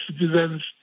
citizens